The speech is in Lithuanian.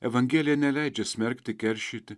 evangelija neleidžia smerkti keršyti